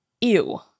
Ew